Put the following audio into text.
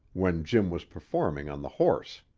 when jim was performing on the horse.